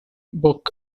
book